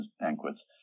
banquets